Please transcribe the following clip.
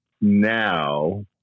now